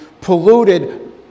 polluted